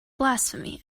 blasphemy